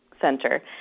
center